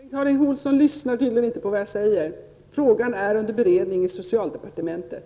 Herr talman! Bengt Harding Olson lyssnar tydligen inte på vad jag säger. Frågan är under beredning i socialdepartementet.